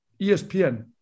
ESPN